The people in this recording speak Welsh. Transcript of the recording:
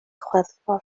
chwefror